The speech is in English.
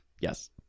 Yes